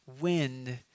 wind